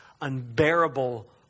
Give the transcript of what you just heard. unbearable